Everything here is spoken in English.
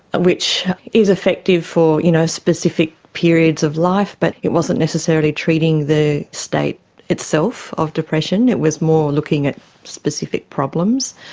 which is effective for you know specific periods of life but it wasn't necessarily treating the state itself of depression, it was more looking at specific problems.